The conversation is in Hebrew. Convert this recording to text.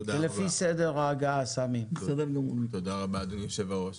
תודה רבה, אדוני היו"ר.